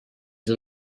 del